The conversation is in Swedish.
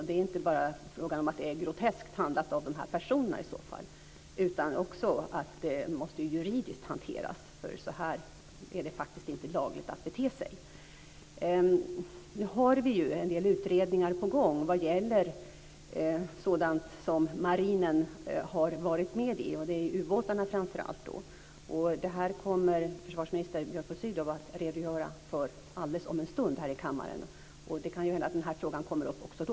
Det är inte bara fråga om att det är groteskt handlat av de här personerna. Det måste också hanteras juridiskt, för så här är det faktiskt inte lagligt att bete sig. Nu har vi ju en del utredningar på gång vad gäller sådant som marinen har varit med i. Det gäller framför allt ubåtar. Det kommer försvarsminister Björn von Sydow att redogöra för alldeles om en stund här i kammaren. Det kan ju hända att den här frågan kommer upp även då.